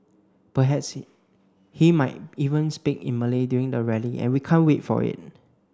perhaps he might even speak in Malay during the rally and we can't wait for it